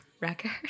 record